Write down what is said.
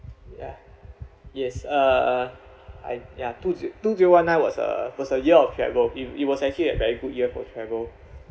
ya yes uh I ya two zero two zero one nine was a was a year of travel it it was actually a very good year for travel